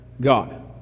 God